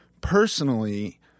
personally